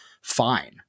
fine